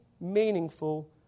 meaningful